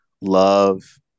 Love